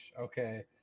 okay